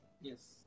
Yes